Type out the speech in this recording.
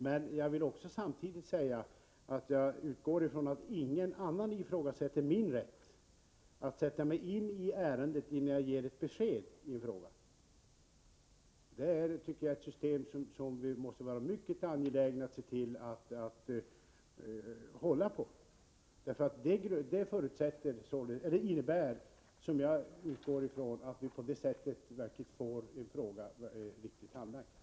Men jag vill samtidigt säga att jag utgår ifrån att ingen heller ifrågasätter min rätt att sätta mig in i ärendena, innan jag ger ett besked i frågorna. Det tycker jag är ett system som vi måste vara mycket angelägna om att hålla på. Jag utgår ifrån att det innebär att vi på det sättet verkligen får en fråga riktigt handlagd.